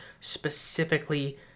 specifically